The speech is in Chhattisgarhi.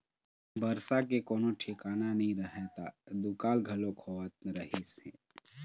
बरसा के कोनो ठिकाना नइ रहय त दुकाल घलोक होवत रहिस हे